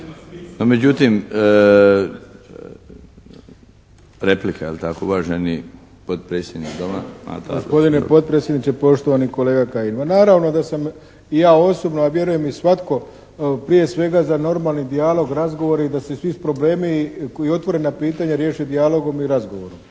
Mato Arlović. **Arlović, Mato (SDP)** Gospodine potpredsjedniče, poštovani kolega Kajin! Ma naravno da sam i ja osobno a vjerujem i svatko prije svega za normalni dijalog, razgovor i da se svi problemi i otvorena pitanja riješe dijalogom i razgovorom.